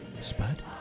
Spud